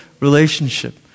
relationship